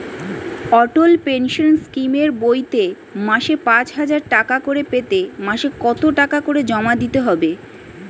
অটল pension স্কিমের বইতে মাসে পাঁচ হাজার টাকা করে পেতে মাসে কত টাকা করে জমা দিতে হবে?